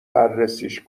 بررسیش